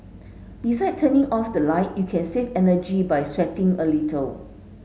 beside turning off the light you can save energy by sweating a little